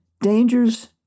dangers